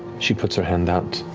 she puts her hand out.